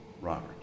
Robert